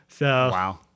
Wow